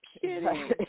kidding